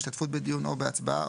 השתתפות בדיון או בהצבעה,